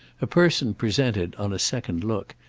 a person presented, on a second look,